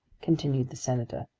continued the senator.